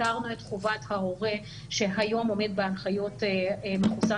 הסרנו את חובת ההורה שהיום עומד בהנחיות מחוסן